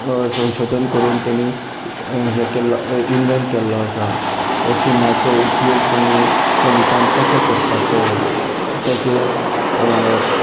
संशोधन करून तेणी हें केल्लो इन्वेंट केल्लो आसा तर शुन्याचो उपयोग तेणी गणितांत कसो करपाचो ताचें